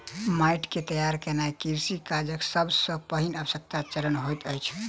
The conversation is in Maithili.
माइट के तैयार केनाई कृषि काजक सब सॅ पहिल आवश्यक चरण होइत अछि